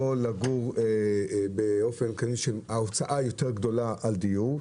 לגור באופן שההוצאה יותר גדולה על דיור,